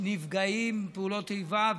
נפגעי פעולות איבה,